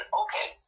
okay